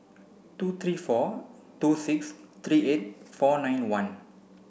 two three four two six three eight four nine one